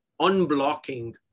unblocking